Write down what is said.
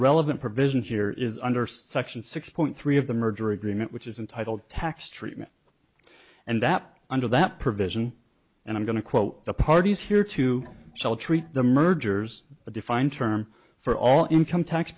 relevant provision here is under section six point three of the merger agreement which is entitled tax treatment and that under that provision and i'm going to quote the parties here to sell treat the mergers a defined term for all income tax